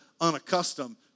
unaccustomed